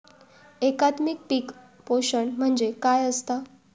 एकात्मिक पीक पोषण म्हणजे काय असतां?